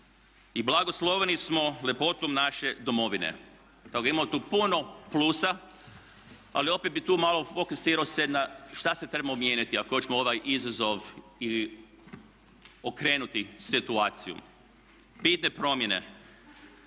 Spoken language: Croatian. i blagoslovljeni smo ljepotom naše Domovine. Tako da imamo tu puno plusa, ali opet bi tu malo fokusirao se na šta sve trebamo mijenjati ako hoćemo ovaj izazov okrenuti situaciju, bitne promjene.